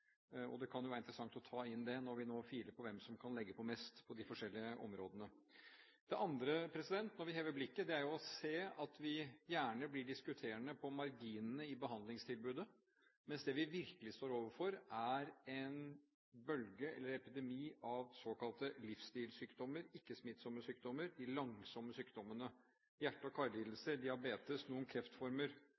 år. Det kan jo være interessant å ta inn dette når vi nå filer på hvem som kan legge på mest på de forskjellige områdene. Det andre – når vi hever blikket – er å se at vi gjerne diskuterer marginene i behandlingstilbudet, mens det vi virkelig står overfor, er en bølge, eller en epidemi, av såkalte livsstilssykdommer, ikke-smittsomme sykdommer, de langsomme sykdommene – hjerte- og karlidelser, diabetes, noen kreftformer,